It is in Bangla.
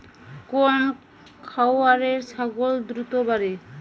কোন খাওয়ারে ছাগল দ্রুত বাড়ে?